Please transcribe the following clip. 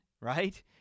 right